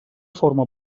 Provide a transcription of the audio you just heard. forma